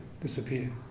disappear